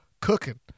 cooking